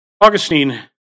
Augustine